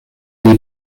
pli